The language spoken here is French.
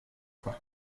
fois